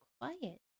quiet